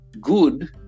good